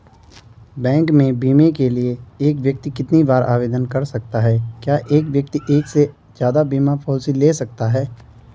Bank में बीमे के लिए एक व्यक्ति कितनी बार आवेदन कर सकता है क्या एक व्यक्ति एक से ज़्यादा बीमा पॉलिसी ले सकता है?